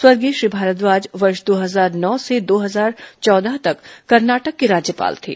स्वर्गीय श्री भारद्वाज वर्ष दो हजार नौ से दो हजार चौदह तक कर्नाटक के राज्यपाल थे